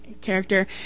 character